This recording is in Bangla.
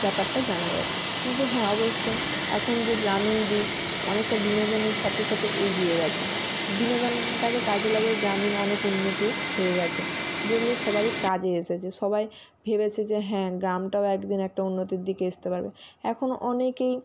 ব্যাপারটা জানা যায় কিন্তু হ্যাঁ অবশ্যই এখন যে গ্রামীণ দিক অনেকটা বিনোদনের সাথে সাথে এগিয়ে গেছে বিনোদনটাকে কাজে লাগিয়ে গ্রামীণ অনেক উন্নতিও হয়ে গেছে যেগুলো সবারই কাজে এসেছে সবাই ভেবেছে যে হ্যাঁ গ্রামটাও এক দিন একটা উন্নতির দিকে আসতে পারবে এখন অনেকেই